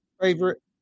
favorite